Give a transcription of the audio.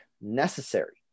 necessary